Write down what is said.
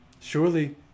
Surely